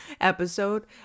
episode